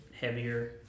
heavier